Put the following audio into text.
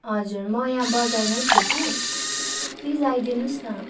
हजुर म यहाँ बजारमै छु कि प्लिज आइदिनुहोस् न